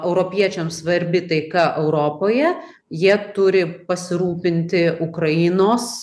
europiečiams svarbi taika europoje jie turi pasirūpinti ukrainos